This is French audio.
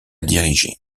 diriger